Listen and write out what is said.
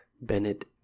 Bennett